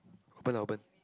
open ah open